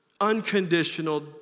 unconditional